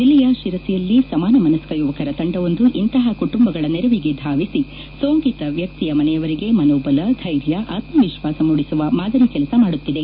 ಜಿಲ್ಲೆಯ ಶಿರಸಿಯಲ್ಲಿ ಸಮಾನ ಮನಸ್ಕ ಯುವಕರ ತಂಡವೊಂದು ಇಂತಹ ಕುಟುಂಬಗಳ ನೆರವಿಗೆ ಧಾವಿಸಿ ಸೋಂಕಿತ ವ್ಯಕ್ತಿಯ ಮನೆಯವರಿಗೆ ಮನೋಬಲ ಧೈರ್ಯ ಆತ್ಮವಿಶ್ವಾಸ ಮೂಡಿಸುವ ಮಾದರಿ ಕೆಲಸ ಮಾಡುತ್ತಿದೆ